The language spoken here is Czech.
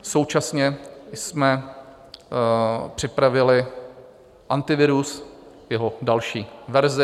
Současně jsme připravili Antivirus, jeho další verzi.